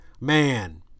man